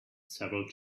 several